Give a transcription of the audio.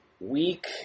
Week